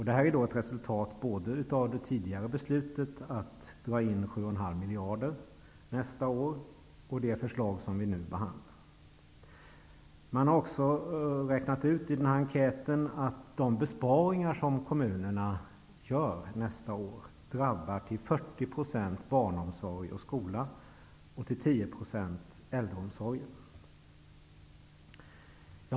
Det är ett resultat av både det tidigare beslutet att dra in 7,5 miljarder nästa år och det förslag som vi nu behandlar. Man har också utifrån enkäten räknat ut att de besparingar som kommunerna gör nästa år till 40 % drabbar barnomsorg och skola och till 10 % äldreomsorgen.